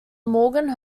morgan